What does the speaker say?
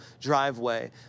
driveway